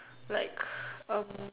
like um